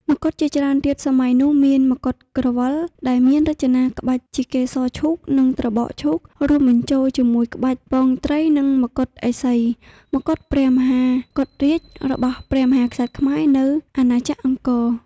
មកុដជាច្រើនទៀតសម័យនោះមានមកុដក្រវិលដែលមានរចនាក្បាច់ជាកេសរឈូក និងត្របកឈូករួមបញ្ចូលជាមួយក្បាច់ពងត្រីនិងមកុដឥសី មកុដព្រះមហាកុដរាជរបស់ព្រះមហាក្សត្រខ្មែរនៅអាណាចក្រអង្គរ។